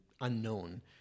unknown